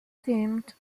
themed